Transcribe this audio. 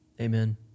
Amen